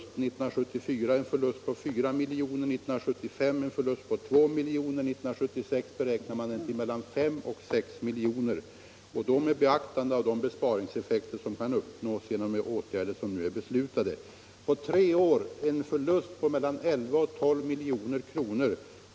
1974 var det en förlust på 4 milj.kr., 1975 en förlust på 2 milj.kr., och för 1976 beräknar man att förlusten blir mellan 5 och 6 milj.kr. — med beaktande av de besparingseffekter som kan uppnås genom åtgärder som nu är beslutade. På tre år blir det en förlust på mellan 11 och 12 milj.kr.